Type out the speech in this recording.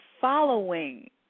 following